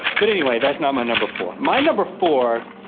but anyway, that's not my number four. my number four,